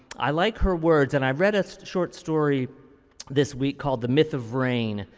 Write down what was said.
i like her words and i read a so short story this week called the myth of rain.